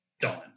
done